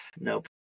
Nope